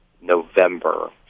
November